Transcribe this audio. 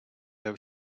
have